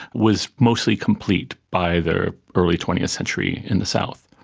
was mostly complete by the early twentieth century in the south.